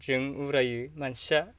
जों उरायो मानसिया